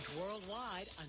worldwide